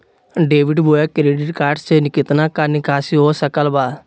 Debit बोया credit card से कितना का निकासी हो सकल बा?